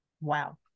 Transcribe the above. wow